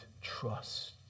trust